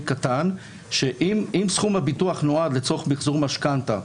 קטן שאם סכום הביטוח נועד לצורך מחזור משכנתה,